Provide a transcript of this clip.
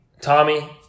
tommy